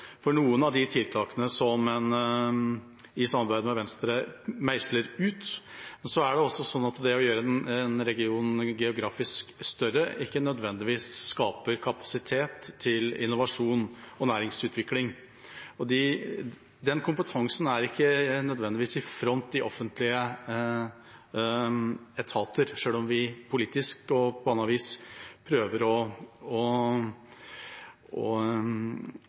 noen av de tiltakene som en i samarbeid med Venstre meisler ut. Det å gjøre en region geografisk større skaper ikke nødvendigvis kapasitet til innovasjon og næringsutvikling. Den kompetansen er ikke nødvendigvis i front i offentlige etater, selv om vi politisk og på annet vis prøver å ta initiativ til at offentlige anskaffelser skal bli mer offensive og også skape en merverdi. Forsvaret er på sin måte innadvendt og